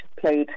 played